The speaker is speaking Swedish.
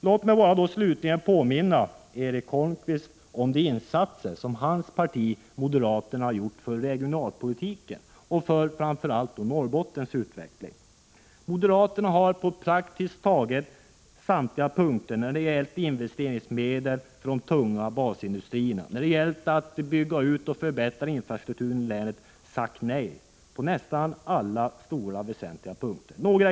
Låt mig slutligen påminna Erik Holmkvist om de insatser som hans parti har gjort för regionalpolitiken och för Norrbottens utveckling. Moderaterna har på praktiskt taget samtliga punkter när det gällt investeringsmedel för de tunga basindustrierna, när det gällt att bygga ut och förbättra infrastrukturen tjänstesektorn ut till skogslänen skulle kunna bidra till en bättre sysselsätt ningsbalans i landet som helhet. När det sedan gäller Norrbottens utveckling dominerar fortfarande länets i länet sagt nej.